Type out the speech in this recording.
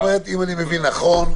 אם אני מבין נכון,